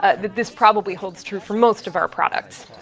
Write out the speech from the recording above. ah this probably holds true for most of our products.